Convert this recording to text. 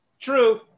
True